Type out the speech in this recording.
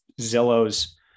Zillow's